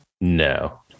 No